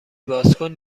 بازکن